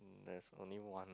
there's only one